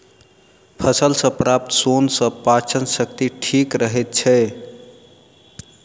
फल सॅ प्राप्त सोन सॅ पाचन शक्ति ठीक रहैत छै